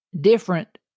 different